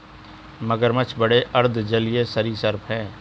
मगरमच्छ बड़े अर्ध जलीय सरीसृप हैं